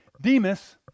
Demas